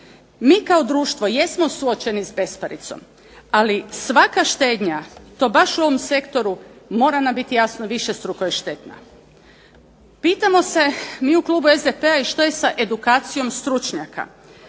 Mi kao društvo jesmo suočeni s besparicom, ali svaka štednja i to baš u ovom sektoru, mora nam biti jasno, višestruko je štetna. Pitamo se, mi u klubu SDP-a, i što je sa edukacijom stručnjaka?